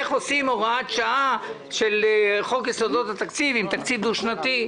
איך עושים הוראת שעה של חוק יסודות התקציב עם תקציב דו-שנתי.